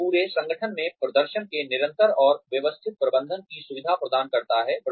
यह पूरे संगठन में प्रदर्शन के निरंतर और व्यवस्थित प्रबंधन की सुविधा प्रदान करता है